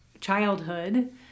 childhood